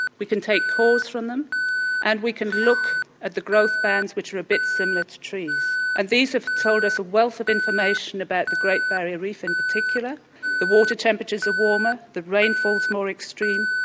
we can take calls from them and we can look at the growth bands which are a bit similar to trees and these have told us a wealth of information about the great barrier reef in particular the water temperatures are warmer, the rainfall is more extreme,